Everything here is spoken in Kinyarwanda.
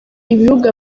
ibihugu